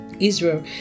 israel